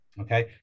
Okay